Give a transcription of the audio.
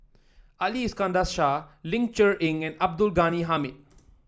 Ali Iskandar Shah Ling Cher Eng and Abdul Ghani Hamid